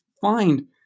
find